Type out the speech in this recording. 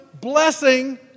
blessing